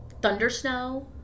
thundersnow